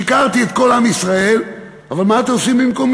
שיקרתי את כל עם ישראל אבל מה אתם הייתם עושים במקומי?